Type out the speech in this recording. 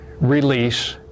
release